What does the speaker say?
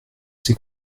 ces